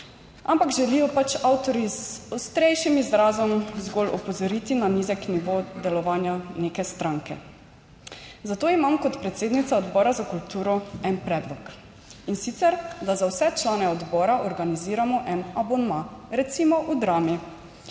ampak želijo pač avtorji z ostrejšim izrazom zgolj opozoriti na nizek nivo delovanja neke stranke. Zato imam kot predsednica Odbora za kulturo en predlog, in sicer, da za vse člane odbora organiziramo en abonma, recimo v Drami.